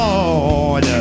Lord